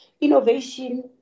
Innovation